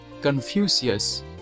Confucius